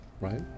Right